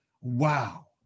wow